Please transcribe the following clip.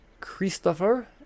Christopher